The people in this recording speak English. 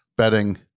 betting